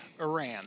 Iran